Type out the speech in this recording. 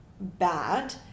bad